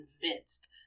convinced